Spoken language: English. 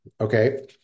Okay